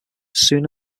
soon